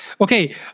Okay